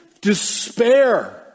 despair